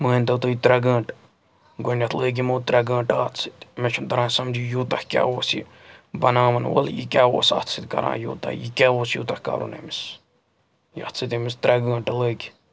مٲنۍ تو تۄہہِ ترٛےٚ گٲنٛٹہٕ گۄڈنٮ۪تھ لٔگۍ یِمو ترٛےٚ گٲنٛٹہٕ اَتھ سۭتۍ مےٚ چھُنہٕ دَران سَمجِی یوٗتاہ کیٛاہ اوس یہِ بَناوَن وول یہِ کیٛاہ اوس اَتھ سۭتۍ کَران یوٗتاہ یہِ کیٛاہ اوس یوٗتاہ کَرُن أمِس یَتھ سۭتۍ أمِس ترٛےٚ گٲنٛٹہٕ لٔگۍ